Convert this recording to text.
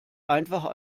einfach